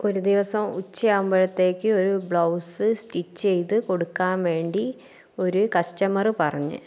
ഒരു ദിവസം ഉച്ച ആകുമ്പോഴത്തേക്കും ഒരു ബ്ലൗസ് സ്റ്റിച്ച് ചെയ്ത് കൊടുക്കാൻ വേണ്ടി ഒരു കസ്റ്റമറ് പറഞ്ഞു